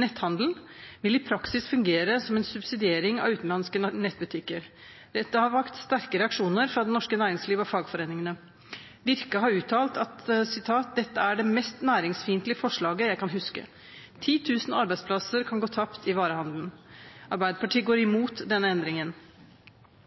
netthandel vil i praksis fungere som en subsidiering av utenlandske nettbutikker. Dette har vakt sterke reaksjoner fra det norske næringslivet og fagforeningene. Virke har uttalt: dette er det mest næringsfiendtlige forslaget jeg kan huske.» 10 000 arbeidsplasser kan gå tapt i varehandelen. Arbeiderpartiet går imot denne endringen.